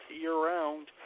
year-round